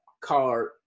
card